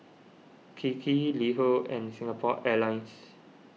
Kiki LiHo and Singapore Airlines